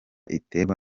iterwa